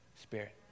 spirit